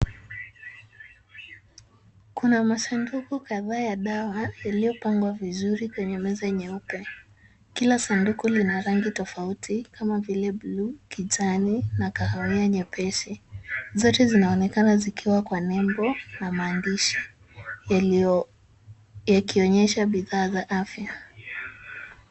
Kuna masanduku kadhaa ya dawa yaliyopangwa vizuri kwenye meza nyeupe. Kila sanduku lina rangi tofauti kama vile buluu, kijani na kahawia nyepesi. Zote zinaonekana zikiwa kwa nembo na maandishi yakionyesha bidhaa za afya.